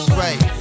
right